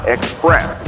Express